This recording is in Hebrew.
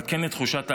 אבל כן לתחושת האחדות,